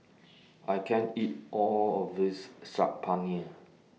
I can't eat All of This Saag Paneer